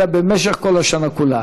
אלא במשך כל השנה כולה.